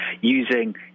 using